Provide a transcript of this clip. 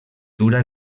dura